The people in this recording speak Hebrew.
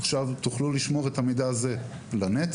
תוכלו לשמור את המידע הזה לנצח?